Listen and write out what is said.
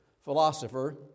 philosopher